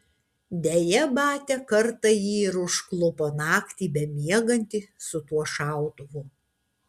deja batia kartą jį ir užklupo naktį bemiegantį su tuo šautuvu